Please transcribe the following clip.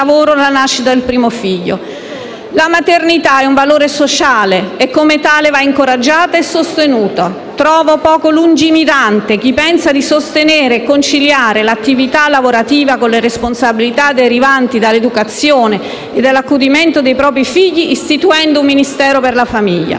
La maternità è un valore sociale e come tale va incoraggiata e sostenuta. Trovo poco lungimirante chi pensa di sostenere e conciliare l'attività lavorativa con le responsabilità derivanti dall'educazione e dall'accudimento dei propri figli istituendo un Ministero della famiglia.